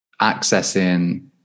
accessing